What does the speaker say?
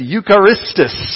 Eucharistus